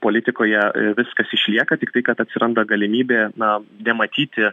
politikoje viskas išlieka tiktai kad atsiranda galimybė na nematyti